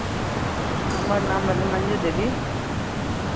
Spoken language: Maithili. हमर नाम भेलै मंजू देवी